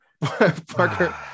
Parker